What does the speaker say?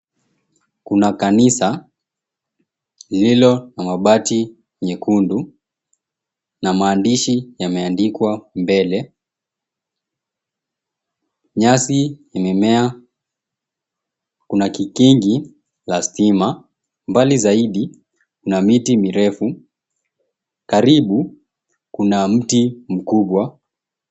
Kuna kanisa lililo na mabati mekundu na maandishi yameandikwa mbele. Nyasi imemea. Kuna kikingi la stima. Mbali zaidi kuna miti mirefu. Karibu kuna mti mkubwa.